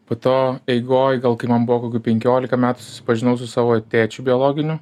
po to eigoj gal kai man buvo kokių penkiolika metų susipažinau su savo tėčiu biologiniu